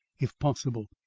if possible.